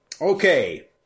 Okay